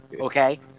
okay